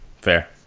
Fair